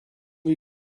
wir